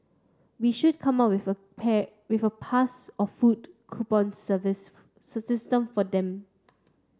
we should come up with a pair with a pass or food coupon system for them